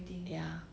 ya